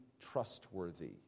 trustworthy